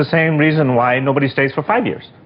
ah same reason why nobody stays for five years.